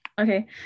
Okay